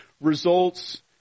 results